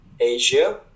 Asia